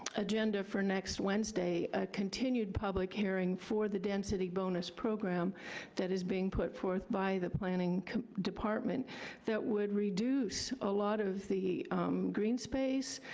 agenda for next wednesday, a continued public hearing for the density bonus program that is being put forth by the planning department that would reduce a lot of the green space,